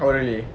oh really